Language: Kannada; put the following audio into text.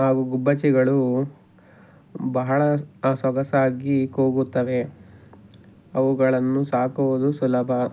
ಹಾಗೂ ಗುಬ್ಬಚ್ಚಿಗಳು ಬಹಳ ಸೊಗಸಾಗಿ ಕೂಗುತ್ತವೆ ಅವುಗಳನ್ನು ಸಾಕುವುದು ಸುಲಭ